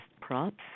props